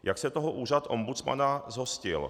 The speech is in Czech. Jak se toho úřad ombudsmana zhostil?